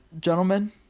gentlemen